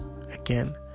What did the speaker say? again